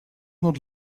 not